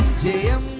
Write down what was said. gm?